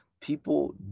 people